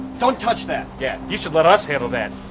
don't touch that. yeah, you should let us handle that.